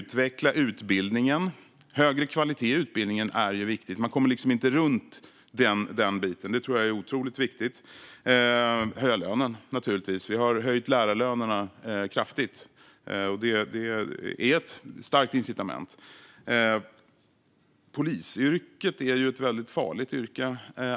Att höja kvaliteten på utbildningen är viktigt. Man kommer liksom inte runt det, så det tror jag är otroligt viktigt. Att höja lönerna är naturligtvis också viktigt. Vi har höjt lärarlönerna kraftigt, och det ger ett starkt incitament. Polisyrket är ett väldigt farligt yrke.